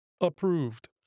approved